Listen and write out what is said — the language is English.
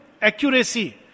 accuracy